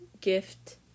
gift